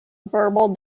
verbal